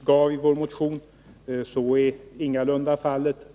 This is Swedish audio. redovisar i vår motion är inbyggd undervisning. Så är ingalunda fallet.